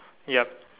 yup